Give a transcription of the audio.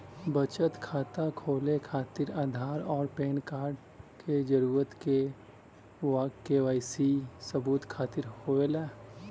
बचत खाता खोले खातिर आधार और पैनकार्ड क जरूरत के वाइ सी सबूत खातिर होवेला